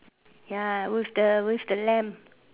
ya with the with the lamb